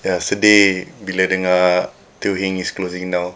ya sedih bila dengar Teo Heng is closing down